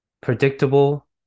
predictable